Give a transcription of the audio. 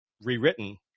rewritten